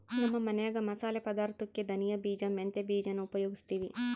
ನಮ್ಮ ಮನ್ಯಾಗ ಮಸಾಲೆ ಪದಾರ್ಥುಕ್ಕೆ ಧನಿಯ ಬೀಜ, ಮೆಂತ್ಯ ಬೀಜಾನ ಉಪಯೋಗಿಸ್ತೀವಿ